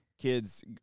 Kids